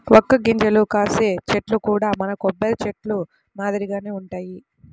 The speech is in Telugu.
వక్క గింజలు కాసే చెట్లు కూడా మన కొబ్బరి చెట్లు మాదిరిగానే వుంటయ్యి